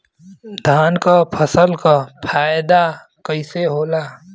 धान क फसल क फायदा कईसे होला?